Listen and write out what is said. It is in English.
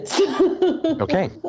Okay